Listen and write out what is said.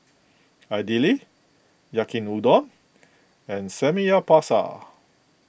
Idili Yaki Udon and Samgyeopsal